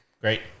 Great